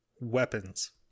weapons